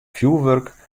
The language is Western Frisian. fjoerwurk